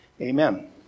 amen